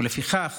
ולפיכך